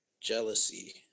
jealousy